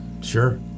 Sure